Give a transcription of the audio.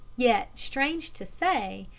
yet, strange to say,